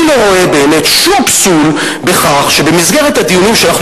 אני לא רואה באמת שום פסול בכך שבמסגרת הדיונים שאנחנו